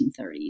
1930s